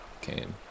came